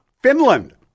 Finland